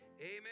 Amen